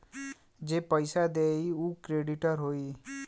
जे पइसा देई उ क्रेडिटर होई